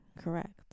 correct